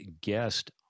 guest